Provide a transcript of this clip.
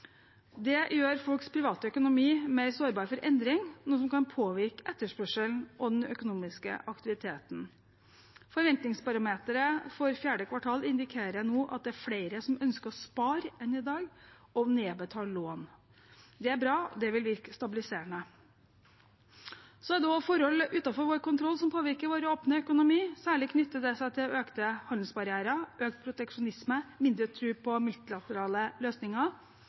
Det gjør folks private økonomi mer sårbar for endring, noe som kan påvirke etterspørselen og den økonomiske aktiviteten. Forventningsbarometeret for fjerde kvartal indikerer nå at det er flere enn i dag som ønsker å spare og nedbetale lån. Det er bra – det vil virke stabiliserende. Så er det også forhold utenfor vår kontroll som påvirker vår åpne økonomi. Særlig knytter det seg til økte handelsbarrierer. Økt proteksjonisme, mindre tro på multilaterale løsninger